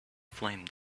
flame